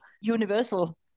universal